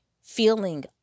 feeling